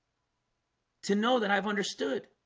to know that i've understood